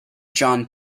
john